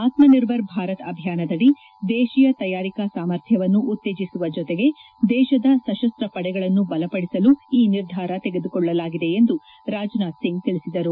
ಆತ್ಮ ನಿರ್ಭರ್ ಭಾರತ್ ಅಭಿಯಾನದಡಿ ದೇತೀಯ ತಯಾರಿಕಾ ಸಾಮರ್ಥ್ಯವನ್ನು ಉತ್ತೇಜಿಸುವ ಜೊತೆಗೆ ದೇಶದ ಸಶಸ್ತ ಪಡೆಗಳನ್ನು ಬಲಪಡಿಸಲು ಈ ನಿರ್ಧಾರ ತೆಗೆದುಕೊಳ್ಳಲಾಗಿದೆ ಎಂದು ರಾಜನಾಥ್ ಸಿಂಗ್ ತಿಳಿಸಿದರು